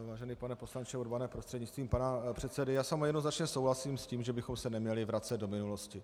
Vážený pane poslanče Urbane prostřednictvím pana předsedy, já s vámi jednoznačně souhlasím, s tím, že bychom se neměli vracet do minulosti.